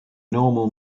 normal